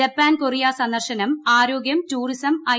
Japan Korea സന്ദർശനം ആരോഗ്യം tourism I